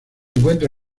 encuentra